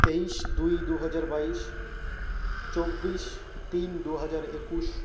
তেইশ দুই দুহাজার বাইশ চব্বিশ তিন দুহাজার একুশ